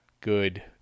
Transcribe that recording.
good